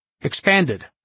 expanded